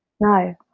no